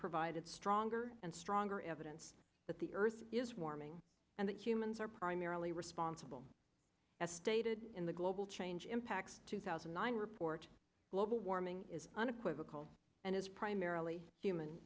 provided stronger and stronger evidence that the earth is warming and that humans are primarily responsible as stated in the global change impacts two thousand and nine report global warming is unequivocal and is primarily human